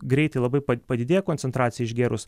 greitai labai padidėja koncentracija išgėrus